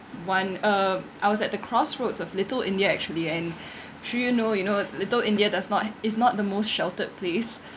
one uh I was at the crossroads of little india actually and through you know you know little india does not it's not the most sheltered place